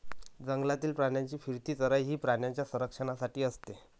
जंगलातील प्राण्यांची फिरती चराई ही प्राण्यांच्या संरक्षणासाठी असते